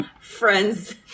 friends